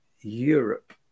Europe